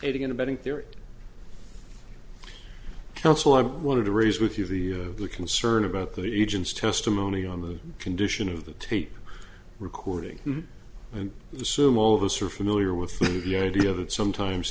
aiding and abetting theory counsel i wanted to raise with you the concern about that egypt's testimony on the condition of the tape recording and assume all of us are familiar with the idea that sometimes